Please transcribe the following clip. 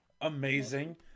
Amazing